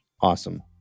awesome